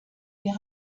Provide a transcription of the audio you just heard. wir